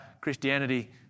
Christianity